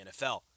NFL